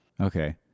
Okay